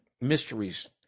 mysteries